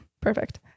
Perfect